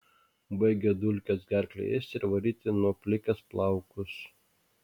baigia dulkės gerklę ėsti ir varyti nuo plikės plaukus